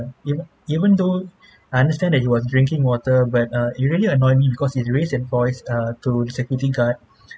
even even though I understand that he was drinking water but uh it really annoy me because he raise his voice uh to security guard